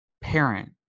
parent